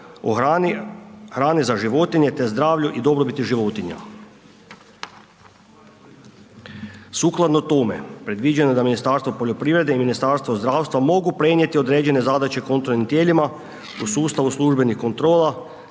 hrani za životinje, te zdravlju i dobrobiti životinja. Sukladno tome, predviđeno je da Ministarstvo poljoprivrede i Ministarstvo zdravstva mogu prenijeti određene zadaće kontrolnim tijelima u sustavu služenih kontrola,